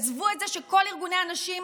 עזבו את זה שכל ארגוני הנשים